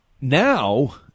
now